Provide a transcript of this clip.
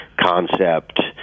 concept